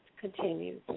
continues